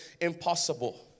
impossible